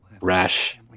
rash